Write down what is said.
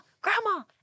Grandma